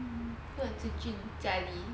work with zi jun jia li